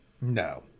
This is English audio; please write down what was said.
No